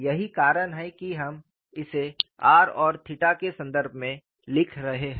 यही कारण है कि हम इसे r और थीटा के संदर्भ में लिख रहे हैं